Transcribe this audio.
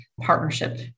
partnership